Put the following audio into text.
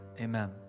Amen